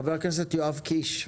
חבר הכנסת יואב קיש,